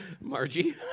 margie